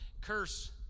curse